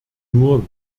nur